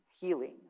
healing